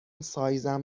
سایزم